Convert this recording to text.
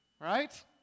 right